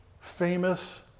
famous